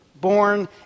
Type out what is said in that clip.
born